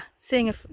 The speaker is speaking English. seeing